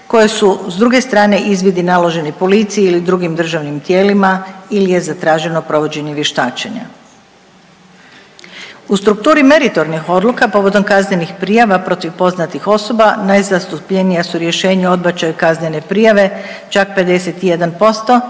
koje su s druge strane izvidi naloženi policiji ili drugim državnim tijelima ili je zatraženo provođenje vještačenja. U strukturi meritornih odluka povodom kaznenih prijava protiv poznatih osoba najzastupljenija su rješenja o odbačaju kaznene prijave čak 51%,